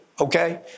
okay